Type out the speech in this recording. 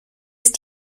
ist